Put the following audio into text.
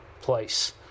place